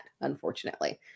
unfortunately